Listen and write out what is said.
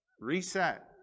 reset